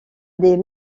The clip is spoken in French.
des